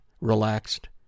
relaxed